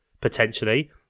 potentially